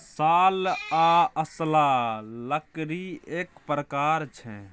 साल आ असला लकड़ीएक प्रकार छै